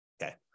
Okay